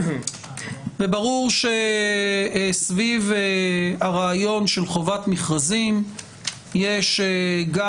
וברור שסביב הרעיון של חובת מכרזים יש גם